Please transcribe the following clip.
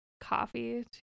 Coffee